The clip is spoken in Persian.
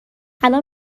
الان